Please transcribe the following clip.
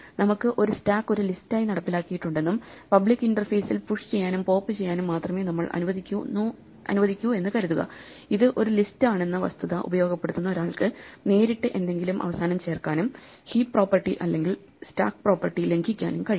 നമുക്ക് ഒരു സ്റ്റാക്ക് ഒരു ലിസ്റ്റായി നടപ്പിലാക്കിയിട്ടുണ്ടെന്നും പബ്ലിക് ഇന്റർഫേസിൽ പുഷ് ചെയ്യാനും പോപ്പ് ചെയ്യാനും മാത്രമേ നമ്മൾ അനുവദിക്കൂ എന്ന് കരുതുക ഇത് ഒരു ലിസ്റ്റാണെന്ന വസ്തുത ഉപയോഗപ്പെടുത്തുന്ന ഒരാൾക്ക് നേരിട്ട് എന്തെങ്കിലും അവസാനം ചേർക്കാനും ഹീപ്പ് പ്രോപ്പർട്ടി അല്ലെങ്കിൽ സ്റ്റാക്ക് പ്രോപ്പർട്ടി ലംഘിക്കാനും കഴിയും